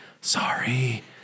sorry